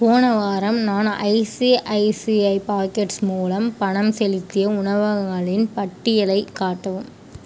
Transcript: போன வாரம் நான் ஐசிஐசிஐ பாக்கெட்ஸ் மூலம் பணம் செலுத்திய உணவகங்களின் பட்டியலைக் காட்டவும்